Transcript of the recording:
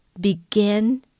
begin